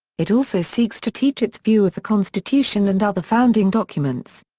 it also seeks to teach its view of the constitution and other founding documents.